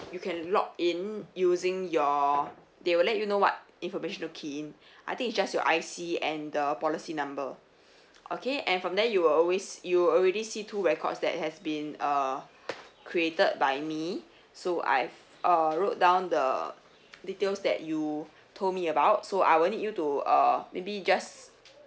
you can log in using your they will let you know what informational key in I think is just your I_C and the policy number okay and from there you will always you'll already see two records that have been uh created by me so I've uh wrote down the details that you told me about so I will need you to uh maybe just